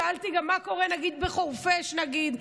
שאלתי: מה קורה בחורפיש, נגיד?